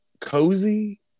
cozy